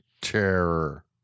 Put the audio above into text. Terror